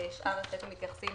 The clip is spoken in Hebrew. ושאר הסטים מתייחסים